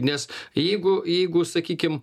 nes jeigu jeigu sakykim